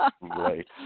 Right